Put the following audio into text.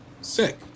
sick